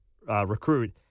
recruit